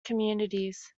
communities